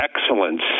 excellence